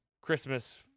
Christmas